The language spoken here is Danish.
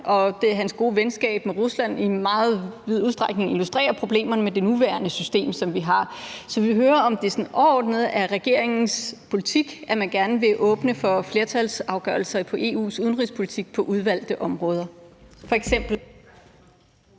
Orbán og hans gode venskab med Rusland i meget vid udstrækning illustrerer problemerne med det nuværende system, som vi har. Så jeg vil høre, om det sådan overordnet er regeringens politik, at man gerne vil åbne for flertalsafgørelser på EU's udenrigspolitik på udvalgte områder, f.eks. ...